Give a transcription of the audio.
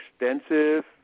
extensive